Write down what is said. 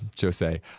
Jose